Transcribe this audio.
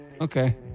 Okay